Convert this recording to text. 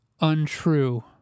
Untrue